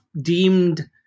deemed –